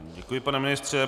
Děkuji, pane ministře.